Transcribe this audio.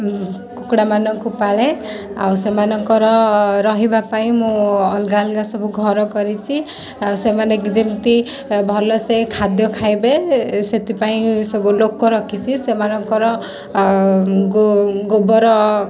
କୁକୁଡ଼ା ମାନଙ୍କୁ ପାଳେ ସେମାନଙ୍କ ରହିବା ପାଇଁ ମୁଁ ଅଲଗା ଅଲଗା ଘର କରିଛି ସେମାନେ ଯେମିତି ଭଲସେ ଖାଦ୍ୟ ଖାଇବେ ସେଥିପାଇଁ ସବୁ ଲୋକ ରଖିଛି ସେମାନଙ୍କର ଗୋବର